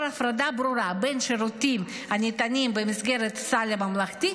הפרדה ברורה בין שירותים הניתנים במסגרת הסל הממלכתי,